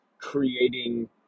creating